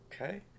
okay